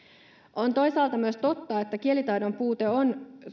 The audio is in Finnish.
on toisaalta myös totta että kielitaidon puute on